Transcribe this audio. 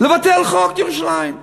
לבטל את חוק ירושלים?